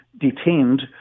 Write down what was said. detained